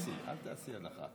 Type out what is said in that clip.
וחצי, אל תעשי הנחה.